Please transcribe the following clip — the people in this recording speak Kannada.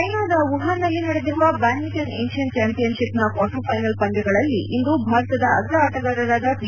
ಚ್ಟೆನಾದ ವುಹಾನ್ನಲ್ಲಿ ನಡೆದಿರುವ ಬ್ಯಾದ್ಮಿಂಟನ್ ಏಷ್ಯನ್ ಚಾಂಪಿಯನ್ ಶಿಪ್ನ ಕ್ವಾರ್ಟರ್ ಫ್ಟೆನಲ್ ಪಂದ್ಯಗಳಲ್ಲಿ ಇಂದು ಭಾರತದ ಅಗ ಆಟಗಾರರಾದ ಪಿ